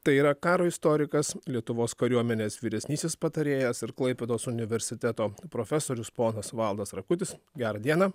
tai yra karo istorikas lietuvos kariuomenės vyresnysis patarėjas ir klaipėdos universiteto profesorius ponas valdas rakutis gerą dieną